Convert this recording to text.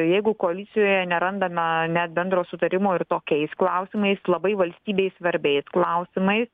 jeigu koalicijoje nerandame net bendro sutarimo ir tokiais klausimais labai valstybei svarbiais klausimai